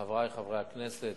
חברי חברי הכנסת,